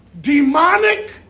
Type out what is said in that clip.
demonic